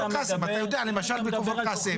למשל בכפר קאסם.